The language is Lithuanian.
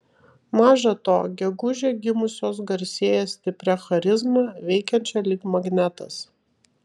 maža to gegužę gimusios garsėja stipria charizma veikiančia lyg magnetas